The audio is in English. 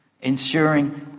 ensuring